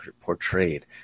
portrayed